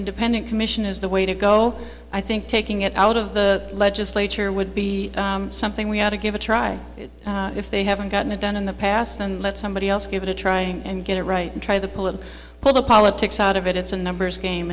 independent commission is the way to go i think taking it out of the legislature would be something we had to give a try if they haven't gotten it done in the past and let somebody else give it a trying and get it right and try to pull and pull the politics out of it it's a numbers game